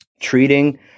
treating